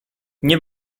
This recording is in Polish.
nie